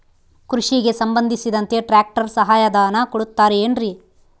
ಕೃಷಿಗೆ ಸಂಬಂಧಿಸಿದಂತೆ ಟ್ರ್ಯಾಕ್ಟರ್ ಸಹಾಯಧನ ಕೊಡುತ್ತಾರೆ ಏನ್ರಿ?